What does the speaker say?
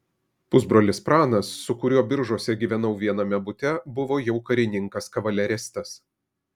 pusbrolis pranas su kuriuo biržuose gyvenau viename bute buvo jau karininkas kavaleristas